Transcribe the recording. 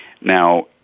Now